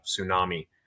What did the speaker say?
tsunami